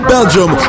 Belgium